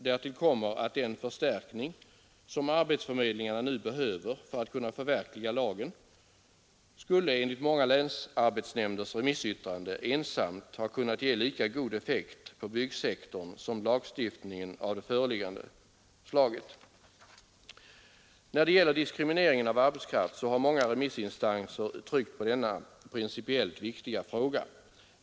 Därtill kommer att den förstärkning, som arbetsförmedlingarna nu behöver för att kunna förverkliga lagen, enligt många länsarbetsnämnders remissyttranden ensam skulle ha kunnat ge lika god effekt på byggsektorn som en lagstiftning av det föreliggande slaget. När det gäller diskrimineringen av arbetskraft har många remissinstanser tryckt på denna principiellt viktiga fråga.